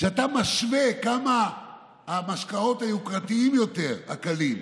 כשאתה משווה כמה משקאות יוקרתיים יותר, הקלים,